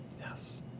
Yes